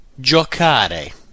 giocare